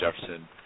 Jefferson